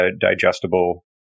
digestible